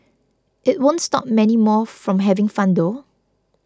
it won't stop many more from having fun though